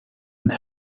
and